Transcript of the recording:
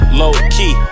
low-key